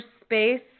space